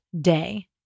day